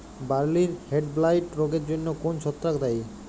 বার্লির হেডব্লাইট রোগের জন্য কোন ছত্রাক দায়ী?